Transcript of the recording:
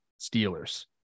Steelers